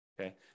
okay